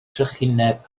trychineb